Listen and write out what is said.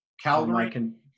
Calgary